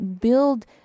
build